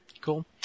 Cool